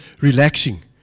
relaxing